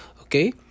okay